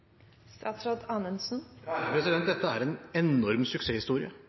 Dette er en enorm suksesshistorie.